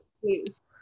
please